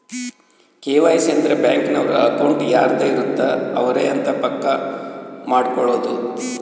KYC ಅಂದ್ರ bank ನವರು account ಯಾರದ್ ಇರತ್ತ ಅವರೆ ಅಂತ ಪಕ್ಕ ಮಾಡ್ಕೊಳೋದು